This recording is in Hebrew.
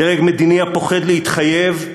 דרג מדיני הפוחד להתחייב,